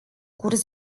curs